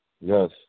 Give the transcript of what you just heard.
Yes